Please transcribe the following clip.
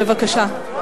בבקשה.